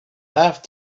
have